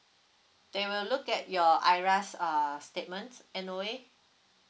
they will look at your IRAS err statements N_O_A